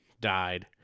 died